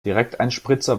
direkteinspritzer